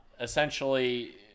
Essentially